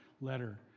letter